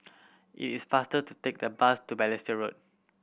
it is faster to take the bus to Balestier Road